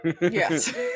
Yes